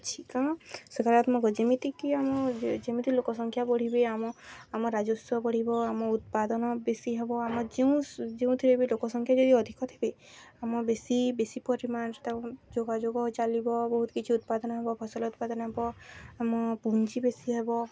ଅଛି କାରଣ ସକାରାତ୍ମକ ଯେମିତିକି ଆମ ଯେମିତି ଲୋକ ସଂଖ୍ୟା ବଢ଼ିବେ ଆମ ଆମ ରାଜସ୍ୱ ବଢ଼ିବ ଆମ ଉତ୍ପାଦନ ବେଶୀ ହେବ ଆମ ଯେଉଁ ଯେଉଁଥିରେ ବି ଲୋକ ସଂଖ୍ୟା ଯଦି ଅଧିକ ଥିବେ ଆମ ବେଶୀ ବେଶି ପରିମାଣରେ ତା' ଯୋଗାଯୋଗ ଚାଲିବ ବହୁତ କିଛି ଉତ୍ପାଦନ ହେବ ଫସଲ ଉତ୍ପାଦନ ହେବ ଆମ ପୁଞ୍ଜି ବେଶି ହେବ